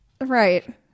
Right